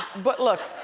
but look,